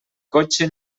cotxe